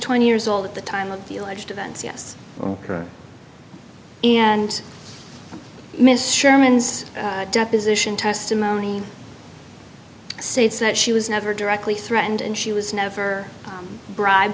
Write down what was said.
twenty years old at the time of the alleged events yes and miss sherman's deposition testimony states that she was never directly threatened and she was never bribed